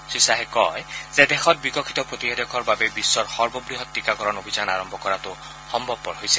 শ্ৰীয়াহে কয় যে দেশত বিকশিত প্ৰতিষেধকৰ বাবেই বিশ্বৰ সৰ্ববৃহৎ টীকাকৰণ অভিযান আৰম্ভ কৰাটো সম্ভৱপৰ হৈছে